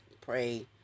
pray